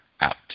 out